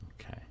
Okay